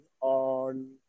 on